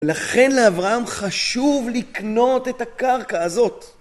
לכן לאברהם חשוב לקנות את הקרקע הזאת.